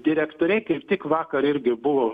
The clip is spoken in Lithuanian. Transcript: direktoriai kaip tik vakar irgi buvo